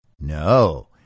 No